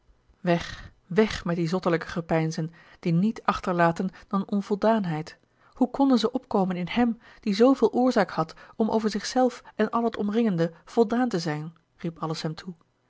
weg weg met die zottelijke gepeinzen die niet achterlaten dan onvoldaanheid hoe konden ze opkomen in hem die zooveel oorzaak had om over zich zelf en al het omringende voldaan te zijn riep alles hem toe